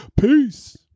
Peace